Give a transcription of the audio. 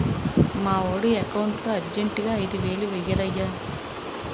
మావోడి ఎకౌంటులో అర్జెంటుగా ఐదువేలు వేయిరయ్య